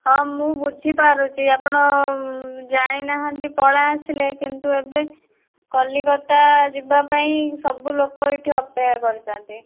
ହଁ ମୁଁ ବୁଝିପାରୁଛି ଆପଣ ଜାଣି ନାହାନ୍ତି ପଳେଇ ଆସିଲେ କିନ୍ତୁ ଏବେ କଲିକତା ଯିବା ପାଇଁ ସବୁ ଲୋକ ଏଇଠି ଅପେକ୍ଷା କରିଛନ୍ତି